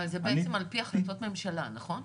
זה בעצם על פי החלטות ממשלה, נכון?